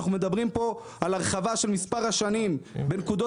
אנחנו מדברים פה על הרחבה של מספר השנים בנקודות